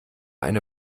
eine